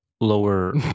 lower